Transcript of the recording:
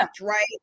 right